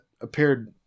appeared